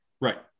right